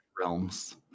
realms